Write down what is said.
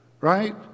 right